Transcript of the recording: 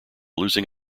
losing